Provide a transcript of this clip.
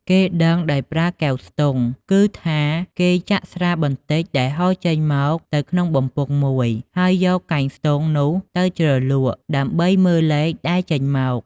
គេដឹងដោយប្រើកែវស្ទង់ គឺថាគេចាក់ស្រាបន្តិចដែលហូរចេញមកទៅក្នុងបំពង់មួយ ហើយយកកែងស្ទង់នោះទៅជ្រលក់ដើម្បីមើលលេខដែលចេញមក ។